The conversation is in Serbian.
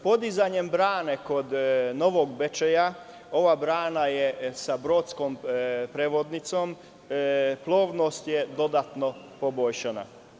Sa podizanjem brane kod Novog Bečeja, ova brana je sa brodskom prevodnicom, plovnost je dodatno poboljšana.